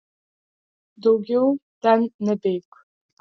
daugiau ten nebeik